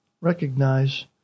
Recognize